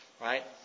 right